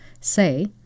say